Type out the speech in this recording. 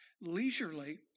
leisurely